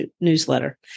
newsletter